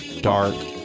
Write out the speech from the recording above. dark